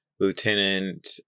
Lieutenant